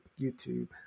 YouTube